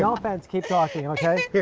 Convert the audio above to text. ah offense, keep talking.